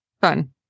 Fun